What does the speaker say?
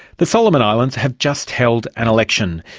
the solomon islands have just held an election.